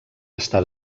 està